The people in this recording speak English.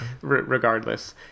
Regardless